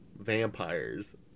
Vampires